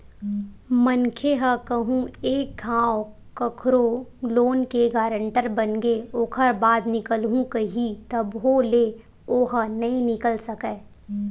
मनखे ह कहूँ एक घांव कखरो लोन के गारेंटर बनगे ओखर बाद निकलहूँ कइही तभो ले ओहा नइ निकल सकय